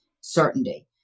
certainty